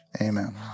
amen